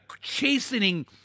chastening